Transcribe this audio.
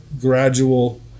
gradual